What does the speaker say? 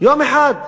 יום אחד.